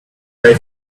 die